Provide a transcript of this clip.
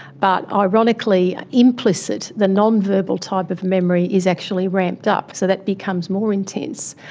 but ironically implicit, the non-verbal type of memory is actually ramped up, so that becomes more intense.